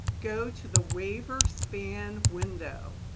go to the waiver span window,